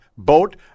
boat